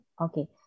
Okay